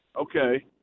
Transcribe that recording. okay